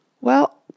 Well